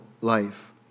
life